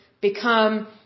become